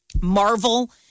Marvel